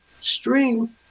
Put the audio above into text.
stream